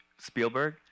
Spielberg